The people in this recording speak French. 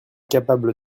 capable